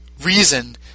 reason